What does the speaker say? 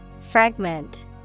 Fragment